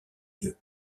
yeux